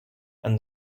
and